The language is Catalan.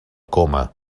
coma